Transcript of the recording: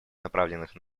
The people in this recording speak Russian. направленных